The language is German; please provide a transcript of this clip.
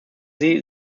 sie